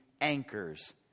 anchors